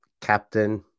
Captain